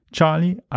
Charlie